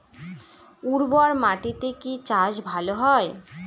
উর্বর মাটিতে কি চাষ ভালো হয়?